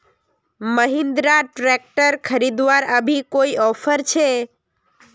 Mahindra tractor खरीदवार अभी कोई ऑफर छे?